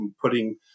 putting